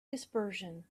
dispersion